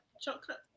chocolate